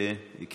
תהיה בנושא,